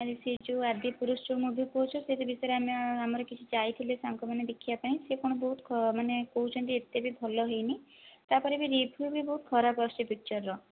ଆରେ ସେ ଯେଉଁ ଆଦିପୁରୁଷ ଯେଉଁ ମୁଭି କହୁଛୁ ସେ ବି ଭିତିରେ ଆମେ ଆମର କିଛି ଯାଇଥିଲେ ସାଙ୍ଗମାନେ ଦେଖିବାପାଇଁ ସେ କ'ଣ ବହୁତ ଖ ମାନେ କହୁଛନ୍ତି ଏତେ ବି ଭଲ ହେଇନି ତାପରେ ବି ରିଭିଉ ବି ବହୁତ ଖରାପ ଆସୁଛି ପିକଚର